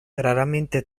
raramente